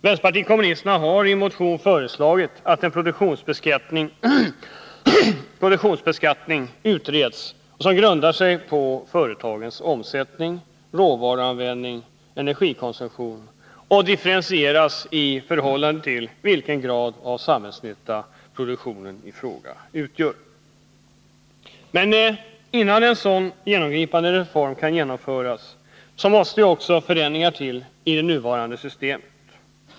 Vänsterpartiet kommunisterna har i en motion föreslagit utredning av en produktionsbeskattning som grundar sig på företagens omsättning, råvaruanvändning och energikonsumtion och som differentieras i förhållande till den grad av samhällsnytta produktionen i fråga har. Men innan en sådan genomgripande reform kan genomföras måste också förändringar i det nuvarande systemet till.